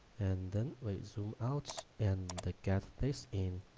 and then soom out and the get this in